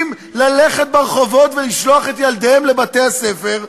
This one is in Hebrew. ללכת ברחובות ולשלוח את ילדיהם לבתי-הספר,